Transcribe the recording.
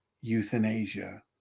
euthanasia